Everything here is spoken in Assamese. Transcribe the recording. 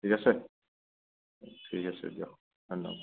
ঠিক আছে ঠিক আছে দিয়ক ধন্যবাদ